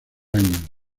año